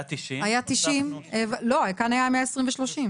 הין 90. כאן היו 120 ו-30.